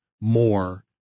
more